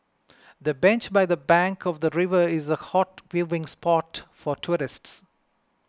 the bench by the bank of the river is a hot viewing spot for tourists